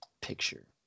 picture